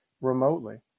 remotely